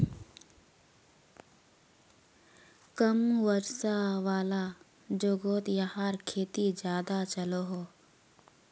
कम वर्षा वाला जोगोहोत याहार खेती ज्यादा चलोहो